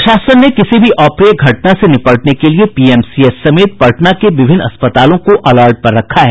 प्रशासन ने किसी भी अप्रिय घटना से निपटने के लिए पीएमसीएच समेत पटना के विभिन्न अस्पतालों को अलर्ट पर रखा है